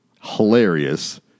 hilarious